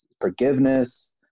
forgiveness